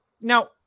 Now